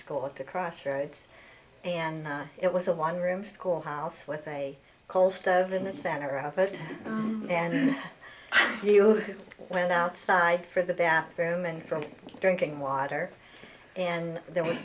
school at the crossroads and it was a one room schoolhouse with a coal stove in the center of it you went outside for the bathroom and from drinking water and there was